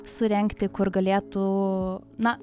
surengti kur galėtų na